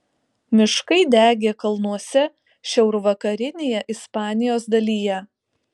miškai degė kalnuose šiaurvakarinėje ispanijos dalyje